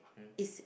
it's